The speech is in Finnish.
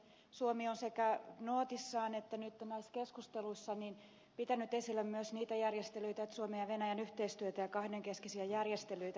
suomi on sekä nootissaan että nyt myös keskusteluissa pitänyt esillä niitä järjestelyitä että suomen ja venäjän yhteistyötä ja kahdenkeskisiä järjestelyitä väliaikaisesti tiivistetään